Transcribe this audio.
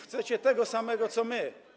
Chcecie tego samego, co my.